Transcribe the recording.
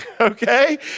okay